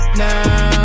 now